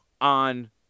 on